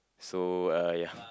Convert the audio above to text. so uh ya